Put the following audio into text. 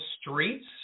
streets